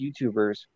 YouTubers